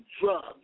drugs